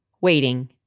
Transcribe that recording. waiting